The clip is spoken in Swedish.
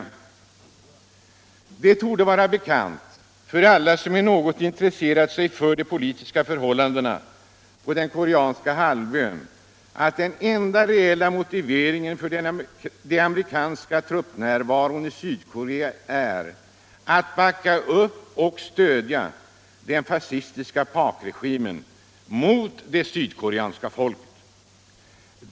Det torde vara bekant för alla som något intresserat sig för de politiska förhållandena på den koreanska halvön att den enda reella motiveringen för den amerikanska truppnärvaron i Sydkorea är att backa upp och stödja den fascistiska Pakregimen mot det sydkoreanska folket.